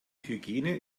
hygiene